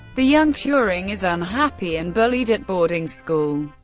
the young turing is unhappy and bullied at boarding school.